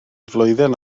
flwyddyn